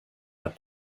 had